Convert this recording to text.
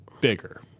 bigger